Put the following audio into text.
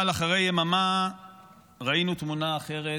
אבל אחרי יממה ראינו תמונה אחרת.